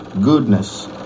goodness